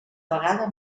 vegada